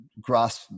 grasp